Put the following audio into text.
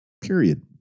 period